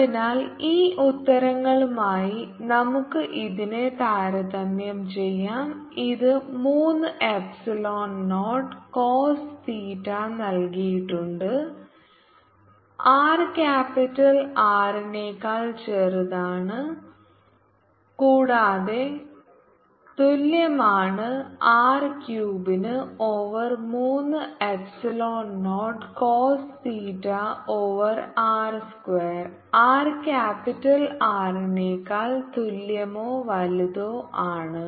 അതിനാൽ ഈ ഉത്തരങ്ങളുമായി നമുക്ക് ഇതിനെ താരതമ്യം ചെയ്യാം ഇത് മൂന്ന് എപ്സിലോൺ നോട്ട് കോസ് തീറ്റ നൽകിയിട്ടുണ്ട് r ക്യാപിറ്റൽ R നേക്കാൾ ചെറുതാണ് കൂടാതെ തുല്യമാണ് R ക്യൂബിന് ഓവർ മൂന്ന് epsilon naught cos theta over R square r capital R നേക്കാൾ തുല്യമോ വലുതോ ആണ്